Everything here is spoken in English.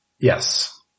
Yes